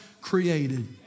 created